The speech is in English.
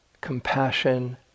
compassion